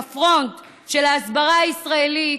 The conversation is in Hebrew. בפרונט של ההסברה הישראלית,